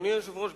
אדוני היושב-ראש,